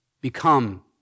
become